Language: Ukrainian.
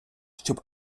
щоб